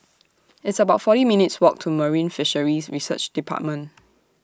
It's about forty minutes' Walk to Marine Fisheries Research department